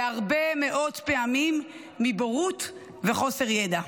והרבה מאוד פעמים מבורות וחוסר ידע.